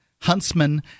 Huntsman